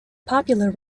popular